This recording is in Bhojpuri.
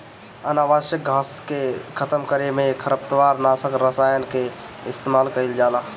अनावश्यक घास के खतम करे में खरपतवार नाशक रसायन कअ इस्तेमाल कइल जाला